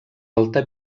alta